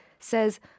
says